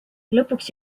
lõpuks